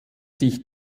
sich